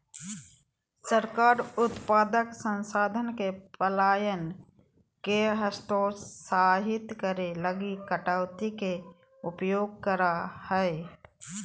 सरकार उत्पादक संसाधन के पलायन के हतोत्साहित करे लगी कटौती के उपयोग करा हइ